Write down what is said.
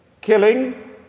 Killing